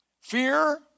Fear